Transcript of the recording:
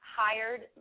hired